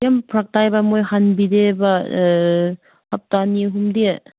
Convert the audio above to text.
ꯌꯥꯝ ꯐꯔꯛꯇꯥꯏꯕ ꯃꯣꯏ ꯍꯟꯕꯤꯗꯦꯕ ꯍꯞꯇꯥ ꯑꯅꯤ ꯑꯍꯨꯝꯗꯤ